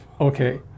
Okay